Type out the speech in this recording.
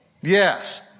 Yes